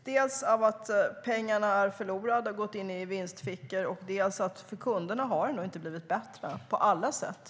Dels är pengarna förlorade och har gått ned i vinstfickor, dels har det inte blivit bättre för kunderna på alla sätt.